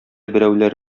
берәүләр